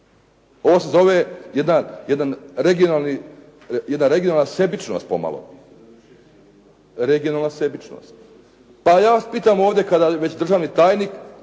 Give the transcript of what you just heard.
Ovo se zove jedna regionalna sebičnost pomalo. Ja vas pitam ovdje kada je već državni tajnik